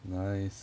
nice